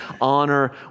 honor